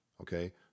Okay